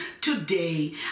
today